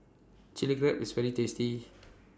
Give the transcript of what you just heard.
Chilli Crab IS very tasty